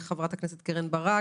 חברת הכנסת קרן ברק,